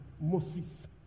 Moses